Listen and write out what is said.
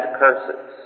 curses